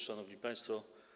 Szanowni Państwo!